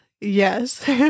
yes